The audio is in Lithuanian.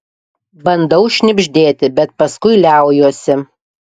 bandau šnibždėti bet paskui liaujuosi